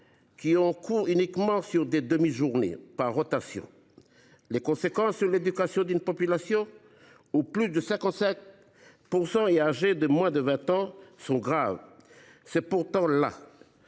qui ont cours uniquement sur des demi journées, par rotation. Les conséquences sur l’éducation d’une population âgée de moins de 20 ans à plus de 55 % sont graves. C’est pourtant là